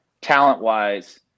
talent-wise –